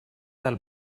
del